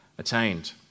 attained